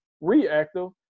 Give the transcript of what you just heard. reactive